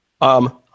Um-